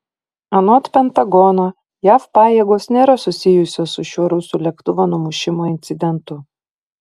anot pentagono jav pajėgos nėra susijusios su šiuo rusų lėktuvo numušimo incidentu